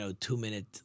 two-minute